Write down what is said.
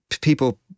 people